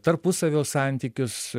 tarpusavio santykius